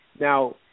Now